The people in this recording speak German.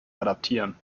adaptieren